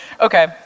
Okay